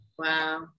Wow